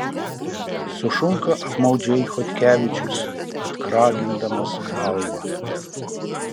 sušunka apmaudžiai chodkevičius atkragindamas galvą